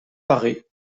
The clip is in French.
paré